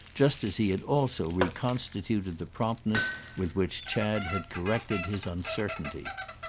just as he had also reconstituted the promptness with which chad had corrected his uncertainty.